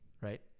right